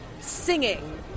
singing